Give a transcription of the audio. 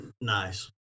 Nice